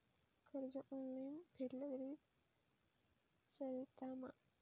कर्ज ऑनलाइन फेडला तरी चलता मा?